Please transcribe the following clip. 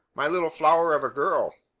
my little flower of a girl!